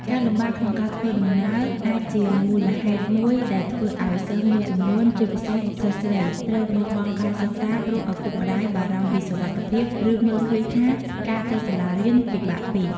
ការលំបាកក្នុងការធ្វើដំណើរអាចជាមូលហេតុមួយដែលធ្វើឱ្យសិស្សមួយចំនួន ជាពិសេសសិស្សស្រី ត្រូវបោះបង់ការសិក្សាព្រោះឪពុកម្ដាយបារម្ភពីសុវត្ថិភាព ឬមើលឃើញថាការទៅសាលារៀនពិបាកពេក។